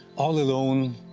all alone,